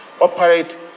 operate